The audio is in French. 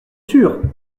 sûr